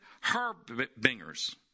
harbingers